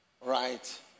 right